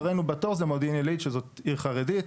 אחרינו מודיעין עלית שזאת עיר חרדית.